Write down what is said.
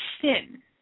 Sin